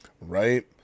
Right